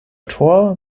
tor